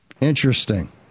Interesting